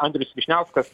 andrius vyšniauskas